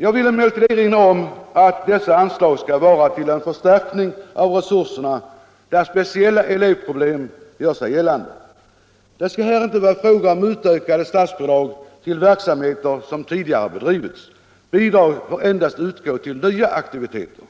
Jag vill emellertid erinra om att dessa anslag skall vara till en förstärkning av resurserna där speciella elevproblem gör sig gällande. Det skall här inte vara fråga om utökade statsbidrag till verksamheter som tidigare bedrivits. Bidrag får endast utgå till nya aktiviteter.